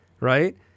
right